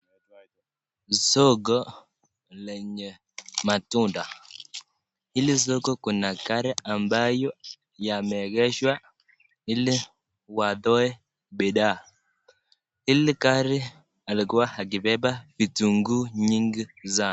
Soko lenye matunda. Hili soko kuna gari ambayo yameegeshwa ili watoe bidhaa hili gari alikuwa akibeba vitunguu nyingi sana.